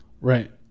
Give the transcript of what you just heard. Right